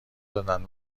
دادن